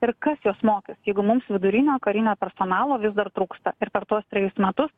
ir kas juos mokys jeigu mums vidurinio karinio personalo vis dar trūksta ir per tuos trejus metus